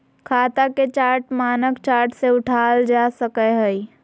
खाता के चार्ट मानक चार्ट से उठाल जा सकय हइ